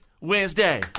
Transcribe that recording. Wednesday